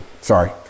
Sorry